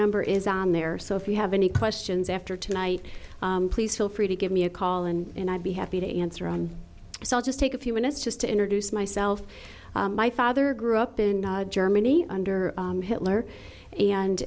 number is on there so if you have any questions after tonight please feel free to give me a call and i'd be happy to answer on so i'll just take a few minutes just to introduce myself my father grew up in germany under hitler and